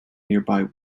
nearby